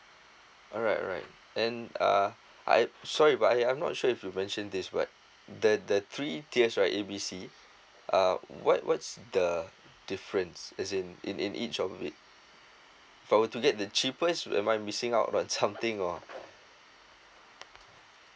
alright alright and uh I'm sorry but I I'm not sure if you mentioned this but the the three tiers right A B C uh what what's the difference as in in in each of it forward to that the cheapest am I missing out on something or